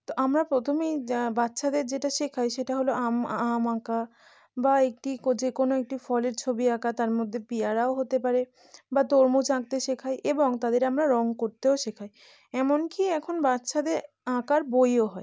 তো আমরা প্রথমেই যা বাচ্চাদের যেটা শেখাই সেটা হলো আম আম আঁকা বা একটি কো যে কোনো একটি ফলের ছবি আঁকা তার মধ্যে পেয়ারাও হতে পারে বা তরমুজ আঁকতে শেখায় এবং তাদের আমরা রঙ করতেও শেখায় এমন কি এখন বাচ্চাদের আঁকার বইও হয়